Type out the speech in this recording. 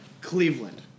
Cleveland